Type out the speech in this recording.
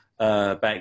Back